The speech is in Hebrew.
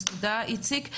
תודה, איציק.